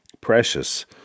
precious